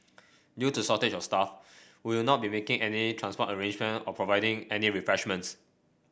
due to shortage of staff we will not be making any transport arrangement or providing any refreshments